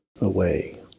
away